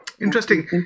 Interesting